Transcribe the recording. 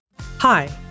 Hi